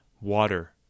water